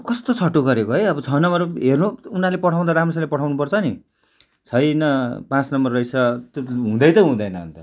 कस्तो छट्टु गरेको है अब छ नम्बर हेर्नु उनीहरूले पठाउँदा राम्रोसँगले पठाउनु पर्छ नि छैन पाँच नम्बर रहेछ त्यो त हुँदै त हुँदैन अन्त